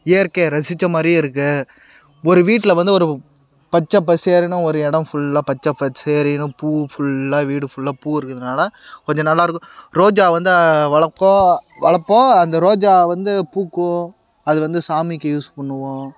இயற்கை ரசித்த மாதிரி இருக்குது ஒரு வீட்டில் வந்து ஒரு பச்சை பசேல்னு ஒரு இடம் ஃபுல்லாக பச்சை பச்சேலுனு பூ ஃபுல்லாக வீடு ஃபுல்லாக பூ இருக்கிறதுனால கொஞ்சம் நல்லா இருக்கும் ரோஜா வந்து வளர்க்கோம் வளர்ப்போம் அந்த ரோஜா வந்து பூக்கும் அது வந்து சாமிக்கு யூஸ் பண்ணுவோம்